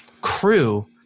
crew